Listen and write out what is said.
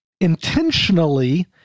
intentionally